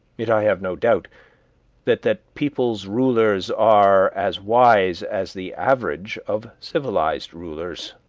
yet i have no doubt that that people's rulers are as wise as the average of civilized rulers.